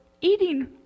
eating